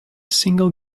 single